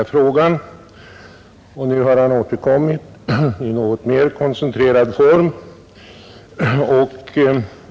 Nu har han återkommit i något mera koncentrerad form.